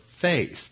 faith